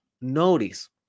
notice